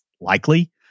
likely